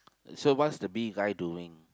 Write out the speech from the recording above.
so what's the bee guy doing